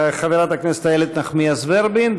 חברת הכנסת איילת נחמיאס ורבין,